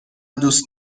دوست